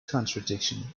contradiction